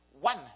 one